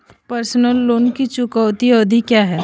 Personal loan की चुकौती अवधि क्या है?